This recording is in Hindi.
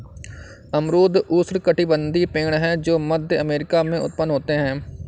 अमरूद उष्णकटिबंधीय पेड़ है जो मध्य अमेरिका में उत्पन्न होते है